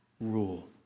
rule